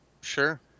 Sure